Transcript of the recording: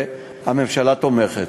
והממשלה תומכת.